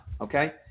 okay